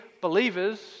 believers